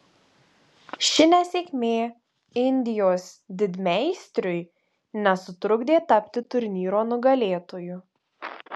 ši nesėkmė indijos didmeistriui nesutrukdė tapti turnyro nugalėtoju